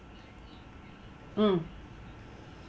mm